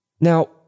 Now